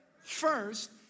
first